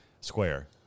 Square